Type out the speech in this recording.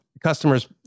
customers